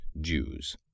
Jews